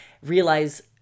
Realize